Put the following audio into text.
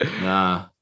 nah